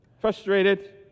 frustrated